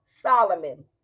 Solomon